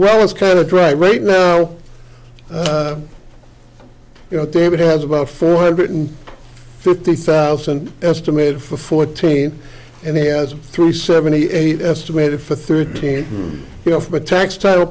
well is kind of dry right now you know david has about four hundred fifty thousand estimated for fourteen and he has three seventy eight estimated for thirteen you know from a textile